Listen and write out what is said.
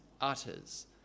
utters